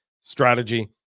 strategy